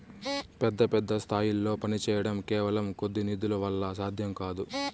పెద్ద పెద్ద స్థాయిల్లో పనిచేయడం కేవలం కొద్ది నిధుల వల్ల సాధ్యం కాదు